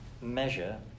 measure